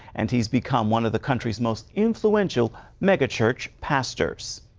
and he has become one of the country's most influential mega church pastors.